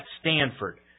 Stanford